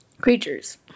creatures